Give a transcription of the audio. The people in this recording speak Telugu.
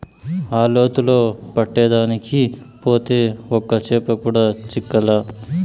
ఆ లోతులో పట్టేదానికి పోతే ఒక్క చేప కూడా చిక్కలా